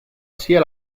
sia